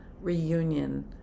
reunion